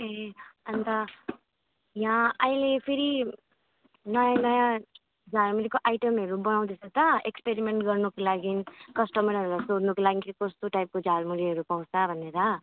ए अन्त यहाँ अहिले फेरि नयाँ नयाँ झालुमरीको आइटमहरू बनाउँदैछ त एक्सपिरिमेन्ट गर्नुको लागि कस्टमरहरूलाई सोध्नुको लागि कस्तो टाइपको झालमुरीहरू पाउँछ भनेर